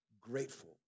grateful